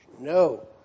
No